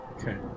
Okay